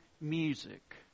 music